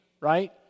right